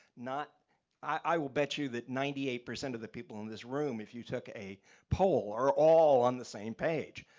i will bet you that ninety eight percent of the people in this room, if you took a poll, are all on the same page.